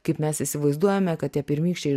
kaip mes įsivaizduojame kad tie pirmykščiai